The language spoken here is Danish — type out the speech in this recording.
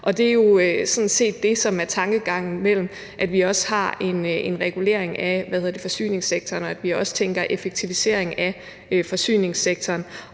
Og det er jo sådan set det, der er tankegangen, i forhold til at vi også har en regulering af forsyningssektoren, og at vi tænker effektivisering af forsyningssektoren